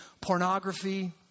pornography